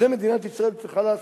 זה מדינת ישראל צריכה לעשות.